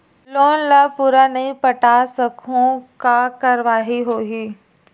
Loan ला पूरा नई पटा सकहुं का कारवाही होही?